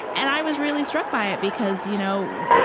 and i was really struck by it because, you know,